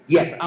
Yes